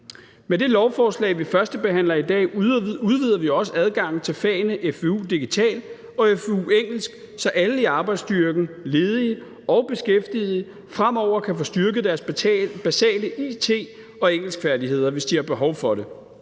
Med lovforslaget udvider vi også adgangen til fagene FVU-digital og FVU-engelsk, så alle i arbejdsstyrken – ledige og beskæftigede – fremover kan få styrket deres basale it- og engelskfærdigheder, hvis de har behov for det.